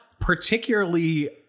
particularly